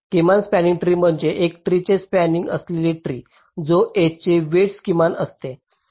किमान spanning tree म्हणजे एक ट्री चे स्पॅनिंग असलेले ट्री जो एजचे वेईटस किमान आहे